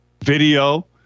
video